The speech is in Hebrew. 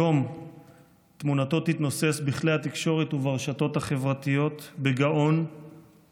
היום תמונתו תתנוסס בכלי התקשורת וברשתות החברתיות בגאון,